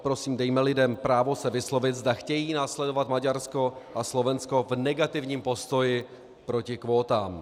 Prosím, dejme lidem právo se vyslovit, zda chtějí následovat Maďarsko a Slovensko v negativním postoji proti kvótám.